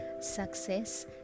success